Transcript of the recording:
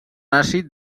àcid